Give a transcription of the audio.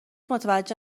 متوجه